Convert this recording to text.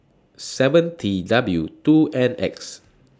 seven T W two N X